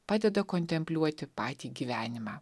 padeda kontempliuoti patį gyvenimą